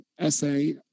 essay